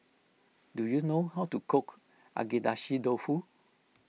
do you know how to cook Agedashi Dofu